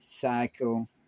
cycle